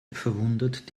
verwundert